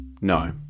No